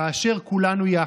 כאשר כולנו יחד.